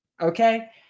okay